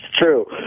True